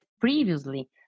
previously